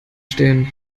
stehen